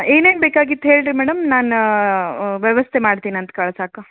ಏನೇನು ಬೇಕಾಗಿತ್ತು ಹೇಳಿ ರೀ ಮೇಡಮ್ ನಾನು ವ್ಯವಸ್ಥೆ ಮಾಡ್ತೀನಿ ಅಂತ ಕಳ್ಸೋಕೆ